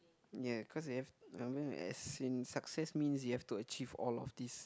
ya cause they have I mean as in success means you have to achieve all of this